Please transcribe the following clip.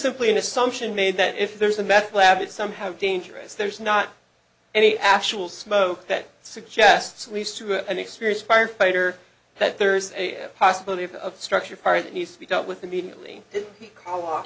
simply an assumption made that if there's a meth lab that somehow dangerous there's not any actual smoke that suggests leads to an experienced firefighter that there's a possibility of a structure fire that needs to be dealt with immediately ca